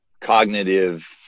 cognitive